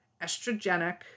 estrogenic